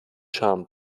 charme